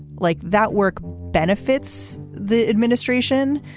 like that work benefits the administration.